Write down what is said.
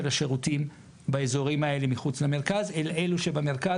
השירותים באזורים האלה מחוץ למרכז אל אלו שבמרכז,